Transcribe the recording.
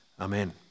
Amen